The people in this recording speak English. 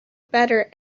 better